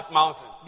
mountain